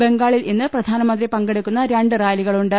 ബംഗാളിൽ ഇന്ന് പ്രധാനമന്ത്രി പങ്കെടുക്കുന്ന രണ്ട് റാലികളുണ്ട്